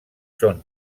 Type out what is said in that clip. són